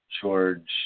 George